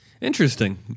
Interesting